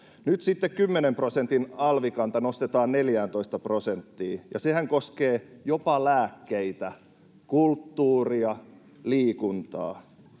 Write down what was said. Nyt sitten kymmenen prosentin alvikanta nostetaan 14 prosenttiin, ja sehän koskee jopa lääkkeitä, kulttuuria ja liikuntaa.